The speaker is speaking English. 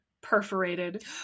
perforated